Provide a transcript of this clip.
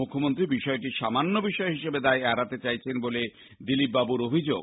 মুখ্যমন্ত্রী বিষয়টিকে সামান্য বিষয় হিসাবে দায় এড়াতে চাইছেন বলে দিলীপ বাবুর আরও অভিযোগ